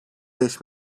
beş